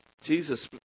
Jesus